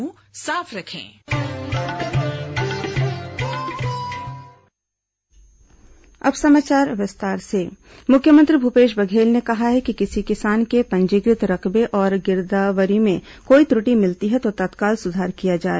मुख्यमंत्री निर्देश मुख्यमंत्री भूपेश बघेल ने कहा है कि किसी किसान के पंजीकृत रकबे और गिरदावरी में कोई त्र्टि मिलती है तो तत्काल सुधार किया जाए